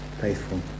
faithful